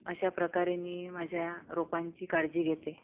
अशा प्रकारे मी माझ्या रोपांची काळजी घेते